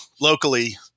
locally